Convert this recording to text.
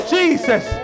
Jesus